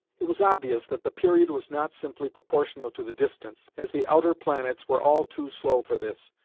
it was obvious that the period was not simply proportional to the distance, as the outer planets were all too slow for this,